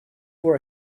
for